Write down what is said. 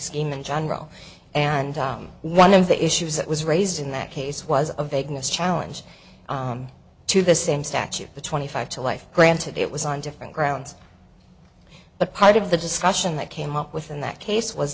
scheme in general and one of the issues that was raised in that case was a vagueness challenge to the same statute the twenty five to life granted it was on different grounds but part of the discussion that came up with in that case was